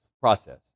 process